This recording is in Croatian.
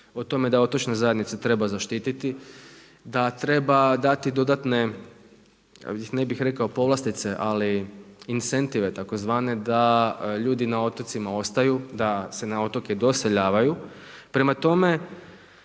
o tome da otočne zajednice treba zaštititi, da treba dati dodatne ne bih rekao povlastice ali insentive tzv. da ljudi na otocima ostaju, da se na otoku doseljavaju, prema tome